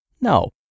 No